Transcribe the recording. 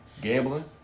Gambling